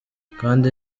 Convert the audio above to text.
kandi